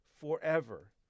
forever